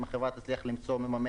אם החברה תקבל הצעה,